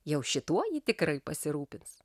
jau šituo ji tikrai pasirūpins